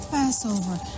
Passover